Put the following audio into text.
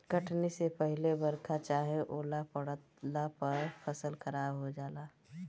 कटनी से पहिले बरखा चाहे ओला पड़ला पर फसल खराब हो जाला